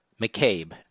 McCabe